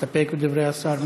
להסתפק בדברי השר?